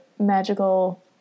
magical